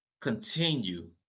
continue